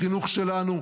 החינוך שלנו,